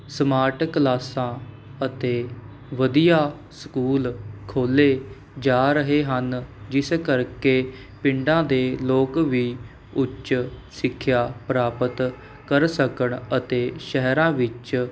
smart ਕਲਾਸਾਂ ਅਤੇ ਵਧੀਆ ਸਕੂਲ ਖੋਲ੍ਹੇ ਜਾ ਰਹੇ ਹਨ ਜਿਸ ਕਰਕੇ ਪਿੰਡਾਂ ਦੇ ਲੋਕ ਵੀ ਉੱਚ ਸਿੱਖਿਆ ਪ੍ਰਾਪਤ ਕਰ ਸਕਣ ਅਤੇ ਸ਼ਹਿਰਾਂ ਵਿੱਚ